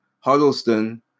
Huddleston